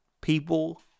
people